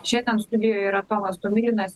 šiandien studijoje yra tomas tomilinas